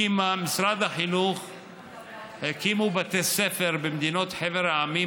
הקים משרד החינוך בתי ספר במדינות חבר העמים,